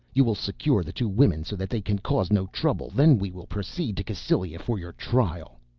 you will secure the two women so that they can cause no trouble, then we will proceed to cassylia for your trial.